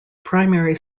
primary